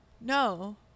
no